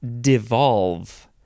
devolve